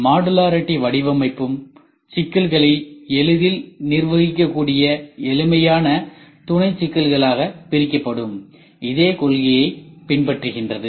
modularity வடிவமைப்பும் சிக்கல்களை எளிதில் நிர்வகிக்கக் கூடிய எளிமையான துணை சிக்கல்களாக பிரிக்கப்படும் இதே கொள்கையை பின்பற்றுகிறது